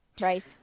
right